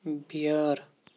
بیٲر